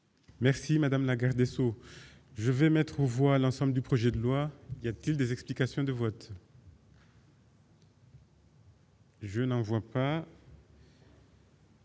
Merci madame la garde des Sceaux, je vais mettre aux voix l'ensemble du projet de loi il y a-t-il des explications de vote. Je n'en vois pas.